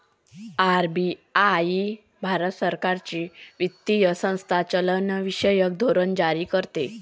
RBI Bharat सरकारची वित्तीय संस्था चलनविषयक धोरण जारी करते